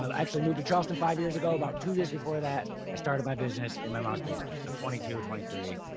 um actually moved to charleston five years ago. about two years before that i started my business in my mom's basement. so twenty two, twenty three.